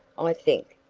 i think.